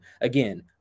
again